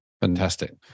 Fantastic